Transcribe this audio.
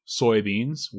soybeans